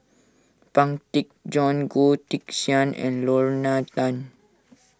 Pang Teck Joon Goh Teck Sian and Lorna Tan